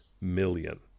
million